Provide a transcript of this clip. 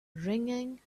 ringing